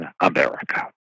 America